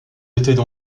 étaient